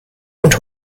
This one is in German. und